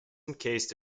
encased